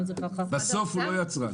בסוף הוא לא יצרן.